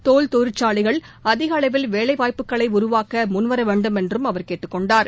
தோல் தொழிற்சாலைகள் அதிக அளவில் வேலைவாய்ப்புகளை உருவாக்க முன்வர வேண்டும் என்றும் அவர் கேட்டுக்கொண்டார்